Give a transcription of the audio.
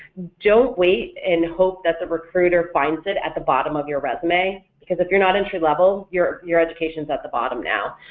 don't wait and hope that the recruiter finds it at the bottom of your resume, because if you're not entry-level, your your education is at the bottom now.